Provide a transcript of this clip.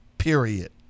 period